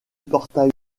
portail